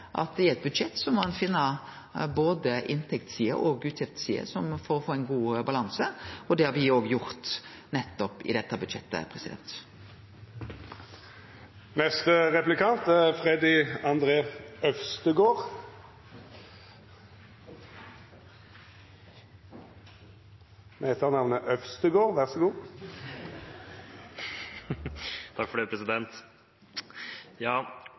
han at i eit budsjett må ein finne både inntektssider og utgiftssider for å få ein god balanse. Det har me òg gjort nettopp i dette budsjettet. Nå er det